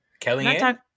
Kellyanne